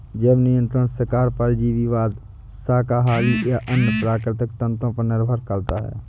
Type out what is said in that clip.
जैव नियंत्रण शिकार परजीवीवाद शाकाहारी या अन्य प्राकृतिक तंत्रों पर निर्भर करता है